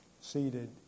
seated